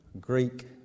Greek